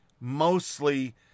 mostly